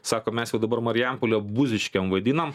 sako mes jau dabar marijampolę buziškėm vadinam